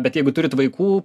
bet jeigu turit vaikų